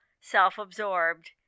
self-absorbed